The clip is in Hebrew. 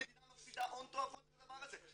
המדינה מפסידה הון תועפות על הדבר הזה.